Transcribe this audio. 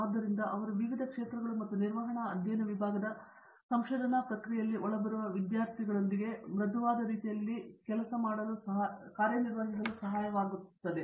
ಆದುದರಿಂದ ಅವರು ವಿವಿಧ ಕ್ಷೇತ್ರಗಳು ಮತ್ತು ನಿರ್ವಹಣಾ ಅಧ್ಯಯನ ವಿಭಾಗದ ಸಂಶೋಧನಾ ಪ್ರಕ್ರಿಯೆಯಲ್ಲಿ ಒಳಬರುವ ವಿದ್ಯಾರ್ಥಿಗಳೊಂದಿಗೆ ಮೃದುವಾದ ರೀತಿಯಲ್ಲಿ ಪ್ರವೇಶಿಸಲು ಸಹಾಯವಾಗುವಂತೆ ಅವರು ಕಾರ್ಯನಿರ್ವಹಿಸುತ್ತಾರೆ